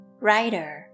writer